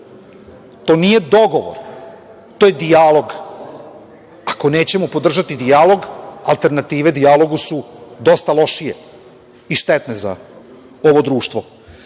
To nije dogovor, to je dijalog. Ako nećemo podržati dijalog, alternative dijalogu su dosta lošije i štetne za ovo društvo.